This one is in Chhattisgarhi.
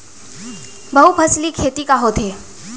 बहुफसली खेती का होथे?